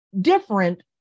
different